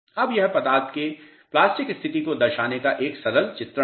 अब यह पदार्थ के प्लास्टिक स्थिति को दर्शाने का एक सरल चित्रण है